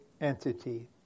entity